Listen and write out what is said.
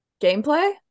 Gameplay